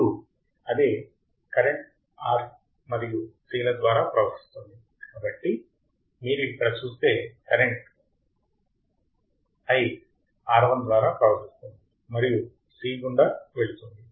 ఇప్పుడు అదే current R మరియు C ల ద్వారా ప్రవహిస్తుంది కాబట్టి మీరు ఇక్కడ చూస్తే కరెంట్ i1 R ద్వారా ప్రవహిస్తుంది మరియు C గుండా వెళుతుంది